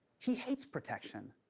he hates protection.